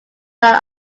line